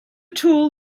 tool